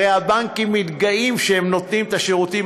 הרי הבנקים מתגאים שהם נותנים את השירותים